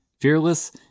Fearless